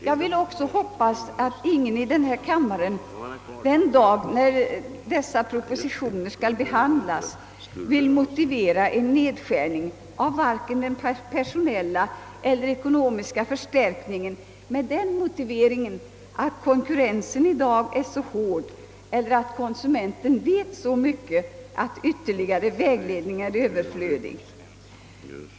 Jag hoppas också att ingen i denna kammare den dag dessa propositioner skall behandlas kommer att avstyrka en höjning av den personella eller ekonomiska förstärkningen med den motiveringen, att konkurrensen i dag är så hård eller att konsumenten vet så mycket att ytterligare vägledning är överflödig.